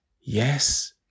Yes